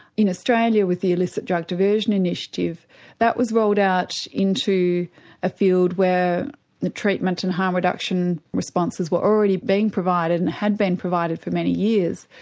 in australia with the illicit drug diversion initiative that was rolled out into a field, where the treatment and harm reduction responses were already being provided and had been provided for many years.